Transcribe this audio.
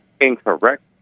incorrect